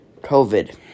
COVID